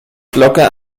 glocke